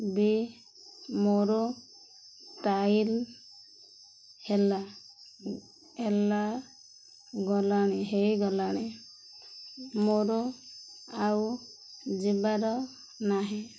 ବି ମୋର ଟାଇଲ ହେଲା ହେଲା ଗଲାଣି ହେଇଗଲାଣି ମୋର ଆଉ ଯିବାର ନାହିଁ